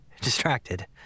Distracted